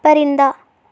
پرندہ